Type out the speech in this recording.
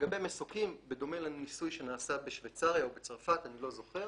לגבי מסוקים, בדומה לניסוי שנעשה בשוויץ, שגם